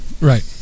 Right